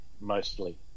mostly